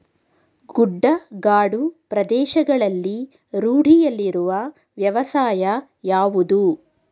ಗುಡ್ಡಗಾಡು ಪ್ರದೇಶಗಳಲ್ಲಿ ರೂಢಿಯಲ್ಲಿರುವ ವ್ಯವಸಾಯ ಯಾವುದು?